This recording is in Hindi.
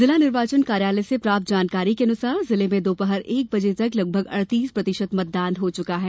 जिला निर्वाचन कार्यालय से प्राप्त जानकारी के अनुसार जिले में दोपहर एक बजे तक लगभग अड़तीस प्रतिशत मतदान हो चुका है